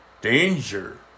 danger